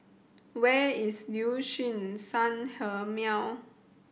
where is Liuxun Sanhemiao